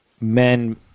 men